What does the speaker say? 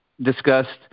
discussed